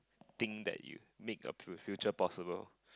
thing that you make you feel future possible